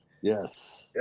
Yes